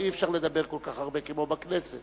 אי-אפשר לדבר כל כך הרבה כמו בכנסת.